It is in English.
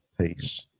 peace